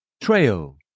Trail